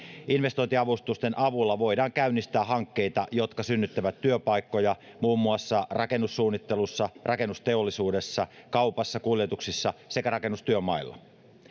investointiavustusten avulla voidaan käynnistää hankkeita jotka synnyttävät työpaikkoja muun muassa rakennussuunnittelussa rakennusteollisuudessa kaupassa kuljetuksissa sekä rakennustyömailla